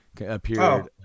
appeared